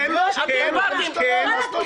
כן, כן.